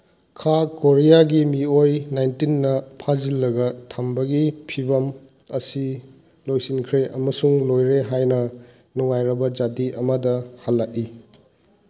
ꯈꯥ ꯀꯣꯔꯤꯌꯥꯒꯤ ꯃꯤꯑꯣꯏ ꯅꯥꯏꯟꯇꯤꯟꯅ ꯐꯥꯖꯤꯜꯂꯒ ꯊꯝꯕꯒꯤ ꯐꯤꯕꯝ ꯑꯁꯤ ꯂꯣꯏꯁꯤꯟꯈ꯭ꯔꯦ ꯑꯃꯁꯨꯡ ꯂꯣꯏꯔꯦ ꯍꯥꯏꯅ ꯅꯨꯡꯉꯥꯏꯔꯕ ꯖꯥꯇꯤ ꯑꯃꯗ ꯍꯜꯂꯛꯏ